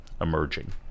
emerging